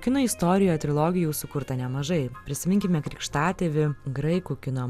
kino istorijoje trilogijų sukurta nemažai prisiminkime krikštatėvį graikų kino